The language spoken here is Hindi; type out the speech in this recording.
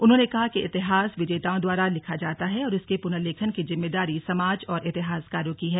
उन्होंने कहा कि इतिहास विजेताओं द्वारा लिखा जाता है और इसके पुनर्लेखन की जिम्मेदारी समाज और इतिहासकारों की है